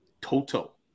total